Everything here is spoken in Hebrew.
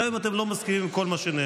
גם אם אתם לא מסכימים עם כל מה שנאמר.